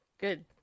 Good